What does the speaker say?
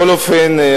בכל אופן,